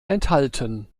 enthalten